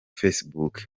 facebook